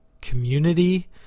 community